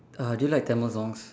uh do you like Tamil songs